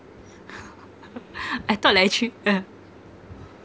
I thought like actually uh